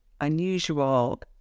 unusual